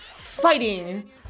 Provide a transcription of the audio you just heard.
fighting